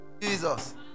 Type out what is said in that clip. Jesus